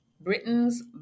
Britain's